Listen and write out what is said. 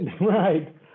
right